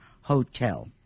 Hotel